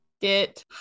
Get